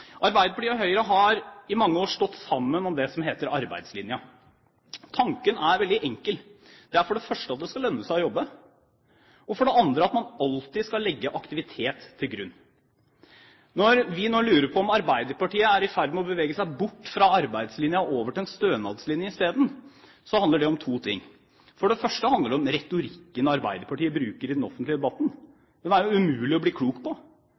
Arbeiderpartiet og Høyre har i mange år stått sammen om det som heter arbeidslinja. Tanken er veldig enkel. Det er for det første at det skal lønne seg å jobbe, og for det andre at man alltid skal legge aktivitet til grunn. Når vi nå lurer på om Arbeiderpartiet er i ferd med å bevege seg bort fra arbeidslinja og over til en stønadslinje isteden, handler det om to ting. For det første handler det om den retorikken Arbeiderpartiet bruker i den offentlige debatten, den er det jo umulig å bli klok på.